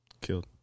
killed